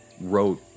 wrote